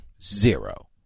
Zero